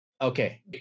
Okay